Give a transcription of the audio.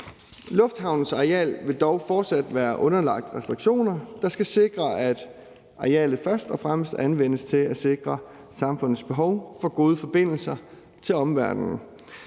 Lufthavnens areal vil dog fortsat være underlagt restriktioner, der skal sikre, at arealet først og fremmest anvendes til at opfylde samfundets behov for gode forbindelser til omverdenen.